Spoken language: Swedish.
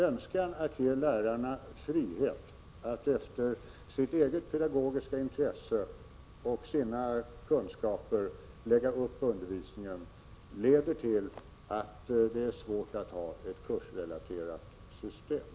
Önskan att ge lärarna frihet att efter sitt eget pedagogiska intresse och sina egna kunskaper lägga upp undervisningen leder till att det är svårt att ha ett kursrelaterat system.